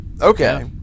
okay